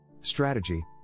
Strategy